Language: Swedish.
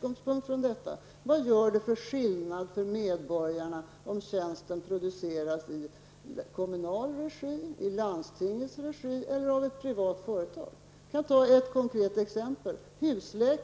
om, frågade jag: Vad gör det för skillnad för medborgarna om tjänsten produceras i kommunal regi, i landstingets regi eller av ett privat företag? Jag kan ta ett konkret exempel: husläkaren.